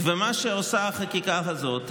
ומה שעושה החקיקה הזאת,